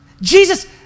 jesus